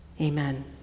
amen